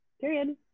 period